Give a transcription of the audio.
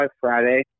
Friday